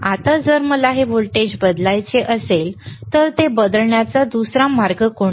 आता जर मला हे व्होल्टेज बदलायचे असेल तर ते बदलण्याचा दुसरा मार्ग कोणता